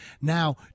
Now